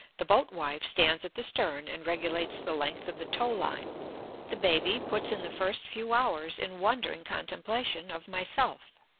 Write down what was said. the boat-wife stands at the stern and regulates the length of the tow-line the baby puts in the first few hours in wondering contemplation of myself.